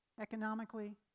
economically